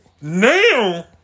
now